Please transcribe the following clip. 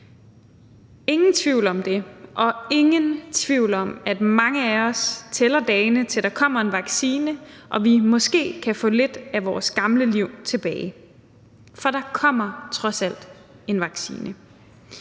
Ingen tvivl om det, og ingen tvivl om, at mange af os tæller dagene, til der kommer en vaccine og vi måske kan få lidt af vores gamle liv tilbage, for der kommer trods alt en vaccine.